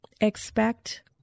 expect